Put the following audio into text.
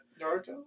Naruto